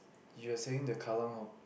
you are saying the Kallang or